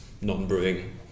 non-brewing